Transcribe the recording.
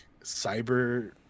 cyber